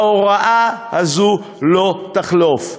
ההוראה הזאת לא תחלוף.